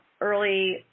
early